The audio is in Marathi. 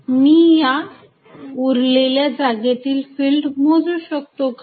तर मी या उरलेल्या जागेतील फिल्ड मोजू शकतो का